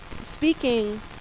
speaking